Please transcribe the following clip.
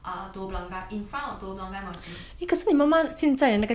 telok blangah in front of telok blangah M_R_T